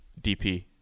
DP